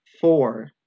four